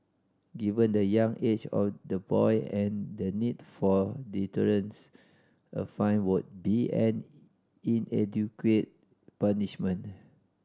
given the young age of the boy and the need for deterrence a fine would be an inadequate punishment